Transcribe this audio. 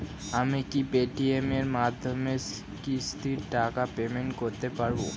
আমি কি Paytm এর মাধ্যমে কিস্তির টাকা পেমেন্ট করতে পারব?